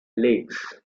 lakes